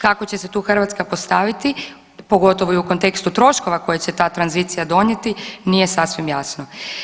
Kako će se tu Hrvatska postaviti, pogotovo i u kontekstu troškova koje će ta tranzicija donijeti, nije sasvim jasno.